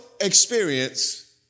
experience